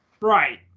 right